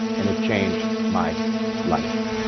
and it changed my life.